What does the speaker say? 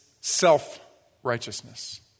self-righteousness